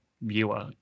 viewer